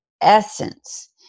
essence